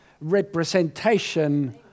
representation